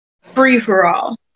free-for-all